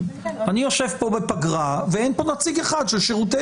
אני יושב כאן בפגרה ואין כאן נציג אחד של שירותי